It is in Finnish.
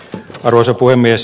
arvoisa puhemies